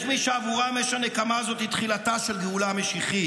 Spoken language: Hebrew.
יש מי שעבורם אש הנקמה הזאת היא תחילתה של גאולה משיחית.